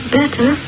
better